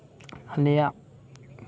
ᱟᱞᱮᱭᱟᱜ